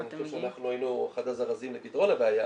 אני חושב שאנחנו היינו אחד הזרזים לפתרון הבעיה